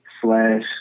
slash